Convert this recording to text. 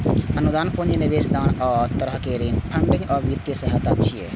अनुदान, पूंजी निवेश, दान आ हर तरहक ऋण फंडिंग या वित्तीय सहायता छियै